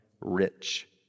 rich